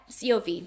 COV